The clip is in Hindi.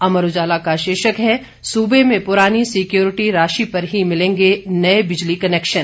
अमर उजाला का शीर्षक है सूबे में पुरानी सिक्योरिटी राशि पर ही मिलेंगे नए बिजली कनेक्शन